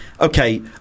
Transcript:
Okay